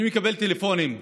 אני מקבל טלפונים: